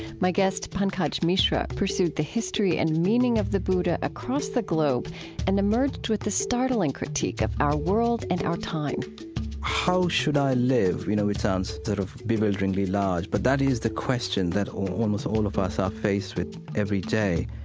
my guest, pankaj mishra, pursued the history and the meaning of the buddha across the globe and emerged with the startling critique of our world and our time how should i live? you know, it sounds sort of bewilderingly large, but that is the question that almost all of us are faced with every day.